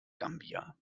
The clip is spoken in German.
gambia